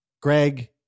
Greg